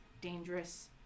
dangerous